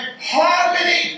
harmony